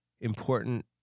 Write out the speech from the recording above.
important